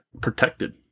protected